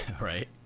Right